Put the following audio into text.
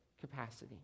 capacity